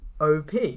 OP